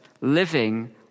living